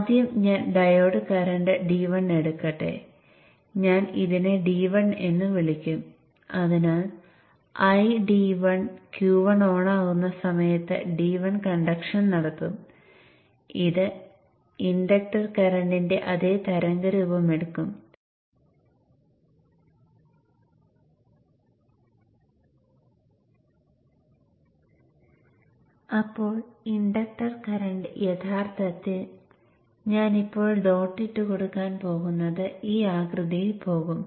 നിങ്ങൾക്ക് കാണാൻ കഴിയുന്ന ഒരു കാര്യം പ്രൈമറിയിൽ ഉടനീളം പ്രയോഗിക്കുന്ന വോൾട്ടേജ് Vin ആണ്